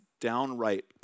downright